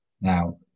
Now